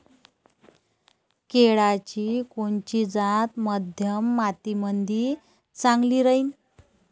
केळाची कोनची जात मध्यम मातीमंदी चांगली राहिन?